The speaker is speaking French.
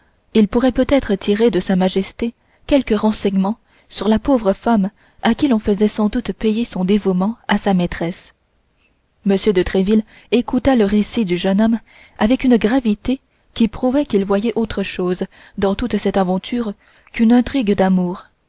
il pourrait peut-être tirer de sa majesté quelque renseignement sur la pauvre femme à qui l'on faisait sans doute payer son dévouement à sa maîtresse m de tréville écouta le récit du jeune homme avec une gravité qui prouvait qu'il voyait autre chose dans toute cette aventure qu'une intrigue d'amour